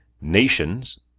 Nations